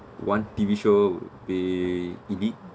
one T_V show would be elite